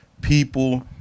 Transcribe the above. people